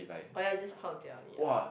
oh ya you just pai tao only ah